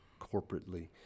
corporately